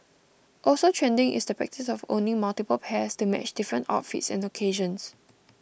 also trending is the practice of owning multiple pairs to match different outfits and occasions